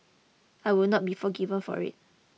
I would not be forgiven for it